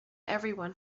everyone